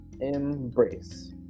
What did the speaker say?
embrace